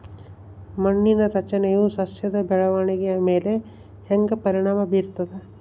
ಮಣ್ಣಿನ ರಚನೆಯು ಸಸ್ಯದ ಬೆಳವಣಿಗೆಯ ಮೇಲೆ ಹೆಂಗ ಪರಿಣಾಮ ಬೇರ್ತದ?